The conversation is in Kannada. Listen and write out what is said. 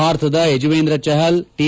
ಭಾರತದ ಎಜುವೇಂದ್ರ ಚಹಲ್ ಟಿ